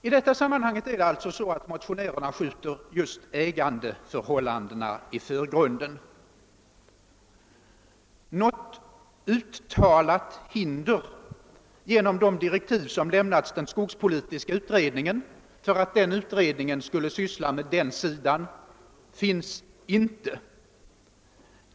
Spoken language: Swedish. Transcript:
I detta fall är det alltså så, att motionärerna skjuter just ägandeförhållandena i förgrunden. Något uttalat hinder genom de direktiv som lämnats för att den skogspolitiska utredningen skulle syssla med den sidan av saken finns inte.